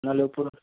ନହେଲେ ଉପରୁ